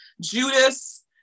Judas